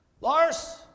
Lars